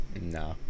No